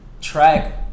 Track